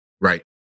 Right